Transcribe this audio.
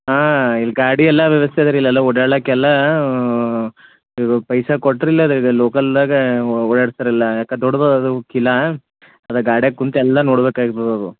ಹಾಂ ಇಲ್ಲಿ ಗಾಡಿ ಎಲ್ಲ ವ್ಯವಸ್ಥೆ ಅದ ರೀ ಇಲ್ಲೆಲ್ಲ ಓಡಾಡಕ್ಕೆಲ್ಲ ಇದು ಪೈಸೆ ಕೊಟ್ರಿಲ್ಲ ಲೋಕಲ್ದಾಗ ಓಡಾಡ್ಸ್ತರೆ ಎಲ್ಲ ಯಾಕೆ ದೊಡ್ಡದು ಅದು ಕಿಲಾ ಅದ ಗಾಡ್ಯಾಗ ಕುಂತು ಎಲ್ಲ ನೋಡ್ಬೇಕಾಗ್ತದೆ ಅದು